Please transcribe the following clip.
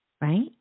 right